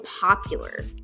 popular